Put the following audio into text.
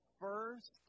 first